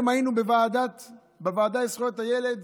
היום היינו בוועדה לזכויות הילד